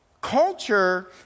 Culture